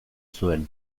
zuen